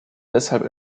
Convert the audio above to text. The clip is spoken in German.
deshalb